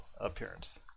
appearance